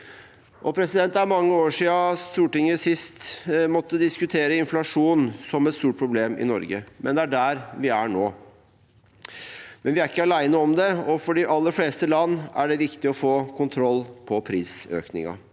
i år. Det er mange år siden Stortinget sist måtte diskutere inflasjon som et stort problem i Norge, men det er der vi er nå. Vi er ikke alene om det, og for de aller fleste land er det viktig å få kontroll på prisøkningen.